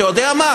אתה יודע מה?